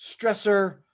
stressor